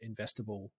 investable